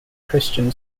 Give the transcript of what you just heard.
christian